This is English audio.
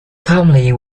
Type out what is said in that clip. calmly